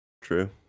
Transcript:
true